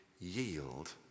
yield